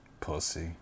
Pussy